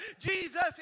Jesus